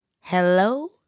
Hello